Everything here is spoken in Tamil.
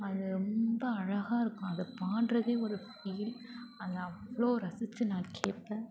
அது ரொம்ப அழகாக இருக்கும் அதை பாடுறதே ஒரு ஃபீல் அது அவ்வளோ ரசித்து நான் கேட்பேன்